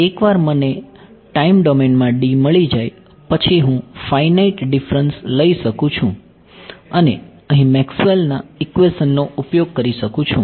એકવાર મને ટાઇમ ડોમેનમાં D મળી જાય પછી હું ફાઈનાઈટ ડીફરન્સ લઈ શકું છું અને અહીં મેક્સવેલ ના ઇક્વેશનનો ઉપયોગ કરી શકું છું